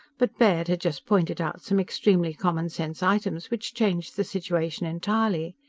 but baird had just pointed out some extremely commonsense items which changed the situation entirely.